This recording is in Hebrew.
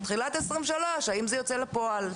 בתחילת 2023 האם זה יוצא לפועל.